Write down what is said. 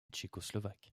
tchécoslovaque